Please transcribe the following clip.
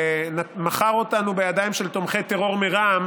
שמכר אותנו לידיים של תומכי טרור מרע"מ